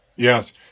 Yes